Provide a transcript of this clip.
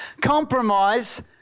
Compromise